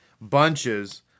Bunches